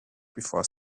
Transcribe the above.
before